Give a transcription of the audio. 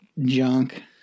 junk